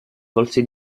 volse